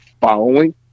following